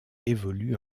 évoluent